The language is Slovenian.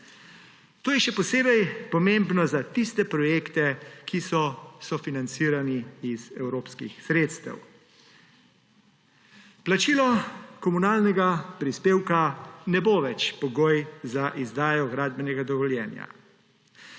To je še posebej pomembno za tiste projekte, ki so sofinancirani iz evropskih sredstev. Plačilo komunalnega prispevka ne bo več pogoj za izdajo gradbenega dovoljenja.